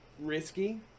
Risky